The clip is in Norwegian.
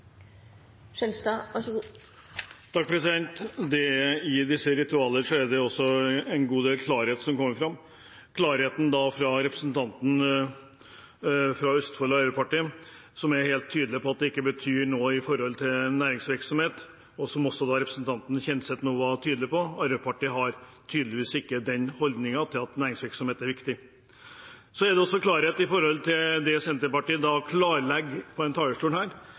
Det er i disse ritualer også en god del klarhet som kommer fram. Klarheten fra representanten fra Østfold Arbeiderparti er at han er helt tydelig på at det ikke betyr noe med næringsvirksomhet, som også representanten Kjenseth nå var tydelig på: Arbeiderpartiet har tydeligvis ikke den holdningen til at næringsvirksomhet er viktig. Så er det også klarhet i det Senterpartiet klarlegger på talerstolen her, at med Senterpartiet – hvis de da skulle komme i regjering på